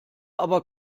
aber